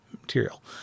material